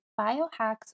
biohacks